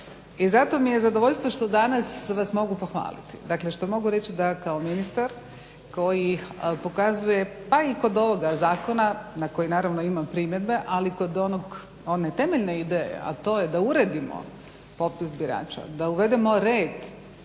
i zato mi je zadovoljstvo što danas vas mogu pohvaliti. Dakle što mogu reći da kao ministar koji pokazuje pa i kod ovoga zakona na koji naravno imam primjedbe, ali kod one temeljne ideje a to je da uredimo popis birača, da uvedemo red